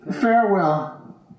farewell